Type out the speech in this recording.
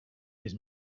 his